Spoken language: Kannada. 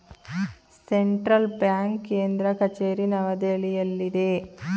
ಸೆಂಟ್ರಲ್ ಬ್ಯಾಂಕ್ ಕೇಂದ್ರ ಕಚೇರಿ ನವದೆಹಲಿಯಲ್ಲಿದೆ